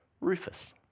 Rufus